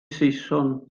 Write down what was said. saeson